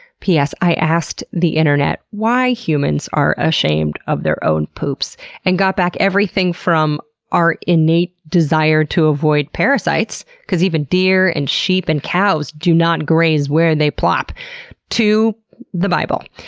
p s. i asked the internet why humans are ashamed of their own poops and got back everything from our innate desire to avoid parasites because even deer, and sheep, and cows do not graze where they plop to the bible.